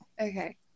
Okay